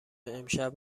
امشب